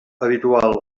habitual